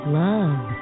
love